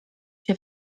się